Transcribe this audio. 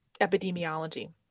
epidemiology